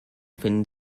finden